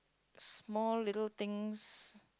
small little things